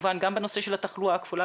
כמובן גם בנושא של התחלואה הכפולה,